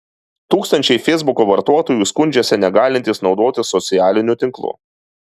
tūkstančiai feisbuko vartotojų skundžiasi negalintys naudotis socialiniu tinklu